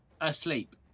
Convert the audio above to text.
asleep